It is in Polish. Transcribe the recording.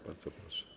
Bardzo proszę.